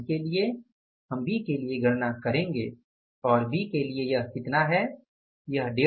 अब बी के लिए हम बी के लिए गणना करेंगे और बी के लिए यह कितना है